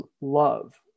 love